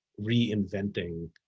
reinventing